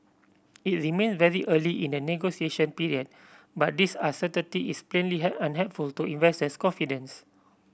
it remains very early in the negotiation period but this uncertainty is plainly unhelpful to investor confidence